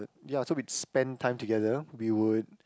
ya so we spend time together we would